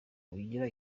ugira